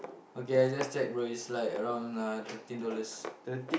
okay I just checked bro it's like around uh thirteen dollars